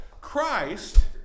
Christ